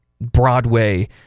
broadway